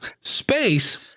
space